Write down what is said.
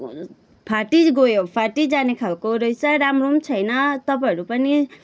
फाटिगयो फाटिजाने खालको रहेछ राम्रो पनि छैन तपाईँहरू पनि